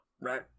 right